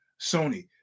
Sony